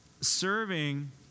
serving